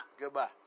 Goodbye